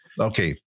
Okay